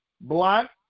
black